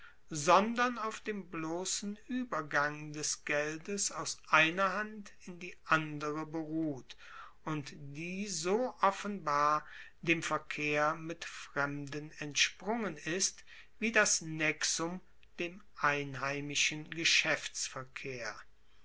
sondern auf dem blossen uebergang des geldes aus einer hand in die andere beruht und die so offenbar dem verkehr mit fremden entsprungen ist wie das nexum dem einheimischen geschaeftsverkehr